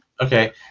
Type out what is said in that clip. Okay